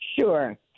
Sure